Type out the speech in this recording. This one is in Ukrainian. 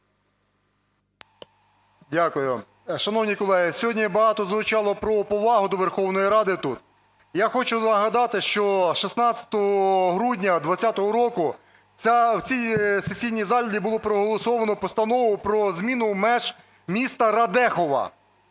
Дякую. Шановні колеги, сьогодні багато звучало про повагу до Верховної Ради тут. Я хочу нагадати, що 16 грудня 20-го року в цій сесійній залі було проголосовано Постанову про зміну меж міста Радехова.